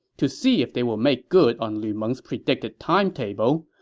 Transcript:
to see if they will make good on lu meng's predicted timetable,